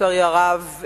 לצערי הרב,